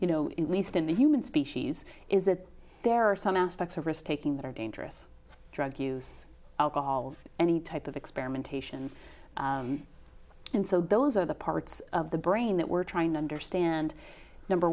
you know at least in the human species is that there are some aspects of risk taking that are dangerous drug use alcohol of any type of experimentation and so those are the parts of the brain that we're trying to understand number